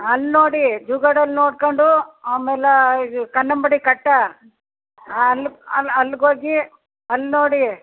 ಅಲ್ಲಿ ನೋಡಿ ಜುಗಾಡೋಲ್ಲಿ ನೋಡ್ಕೊಂಡು ಆಮೇಲೆ ಇದು ಕನ್ನಂಬಾಡಿ ಕಟ್ಟೆ ಅಲ್ಲಿ ಅಲ್ಲಿಗೋಗಿ ಅಲ್ಲಿ ನೋಡಿ